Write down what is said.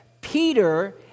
Peter